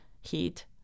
heat